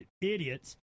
idiots